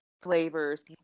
Flavors